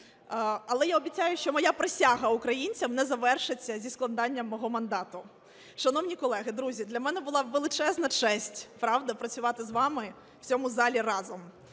Але я обіцяю, що моя присяга українцям не завершиться зі складенням мого мандату. Шановні колеги, друзі, для мене була величезна честь, правда, працювати з вами в цьому залі разом.